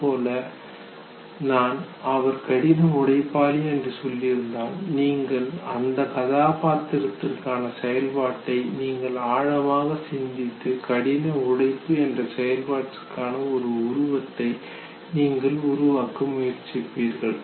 அதுபோல நான் அவர் கடின உழைப்பாளி என்று சொல்லியிருந்தால் நீங்கள் அந்த கதாபாத்திரத்திற்கான செயல்பாட்டை நீங்கள் ஆழமாக சிந்தித்து கடின உழைப்பு என்ற செயல்பாட்டிற்கான ஒரு உருவத்தை நீங்கள் உருவாக்க முயற்சிப்பீர்கள்